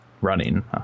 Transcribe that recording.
running